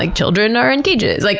like children are in cages, like